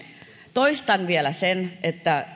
toistan vielä sen että